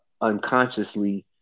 unconsciously